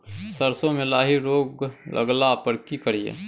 सरसो मे लाही रोग लगला पर की करिये?